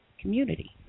community